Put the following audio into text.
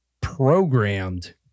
programmed